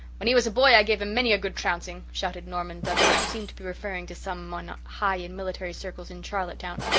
when he was a boy i gave him many a good trouncing, shouted norman douglas, who seemed to be referring to some one high in military circles in charlottetown.